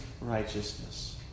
righteousness